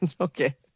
Okay